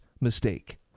mistake